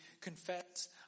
confess